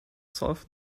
solved